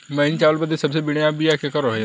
महीन चावल बदे सबसे बढ़िया केकर बिया रही?